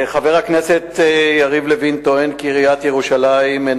חבר הכנסת יריב לוין טוען כי עיריית ירושלים אינה